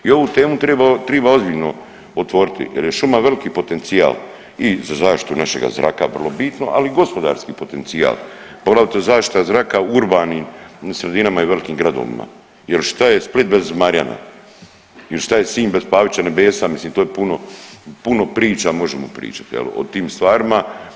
I ovu tremu triba, triba ozbiljno otvoriti jer je šuma veliki potencijal i za zaštitu našega zraka vrlo bitno ali i gospodarski potencijal, poglavito zaštita zraka u urbanim sredinama i velikim gradovima jer šta je Split bez Marjana il šta je Sinj bez Pavića nebesa, mislim to je puno, puno priča možemo pričat jel o tim stvarima.